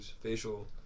facial